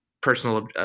personal